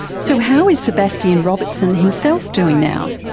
so how is sebastian robertson himself doing now?